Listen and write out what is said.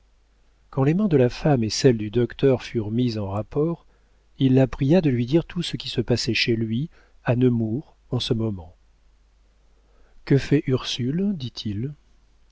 quand les mains de la femme et celles du docteur furent mises en rapport il la pria de lui dire tout ce qui se passait chez lui à nemours en ce moment que fait ursule dit-il